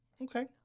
Okay